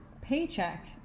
paycheck